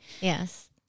yes